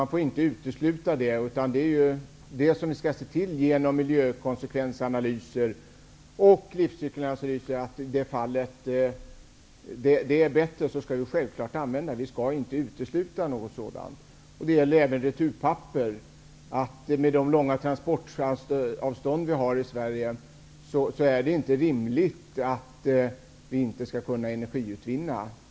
Jag vill inte utesluta det alternativet. Analyser av miljökonsekvenser och livscykler får visa på i vilka fall energiutvinning skall användas. Vi skall inte utesluta något sådant alternativ. Det här gäller även returpapper. Med de långa transportvägar som finns i Sverige är det inte rimligt att inte använda papper för energiutvinning.